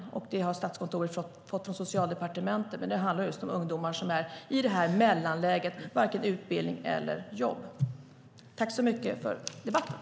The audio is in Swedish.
Det uppdraget har Statskontoret fått från Socialdepartementet, och det handlar just om ungdomar som är i det här mellanläget och varken går en utbildning eller har ett jobb.